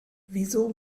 wieso